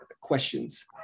questions